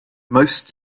most